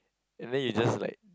and then you just like